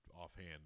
offhand